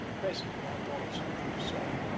presently i thought of something to say,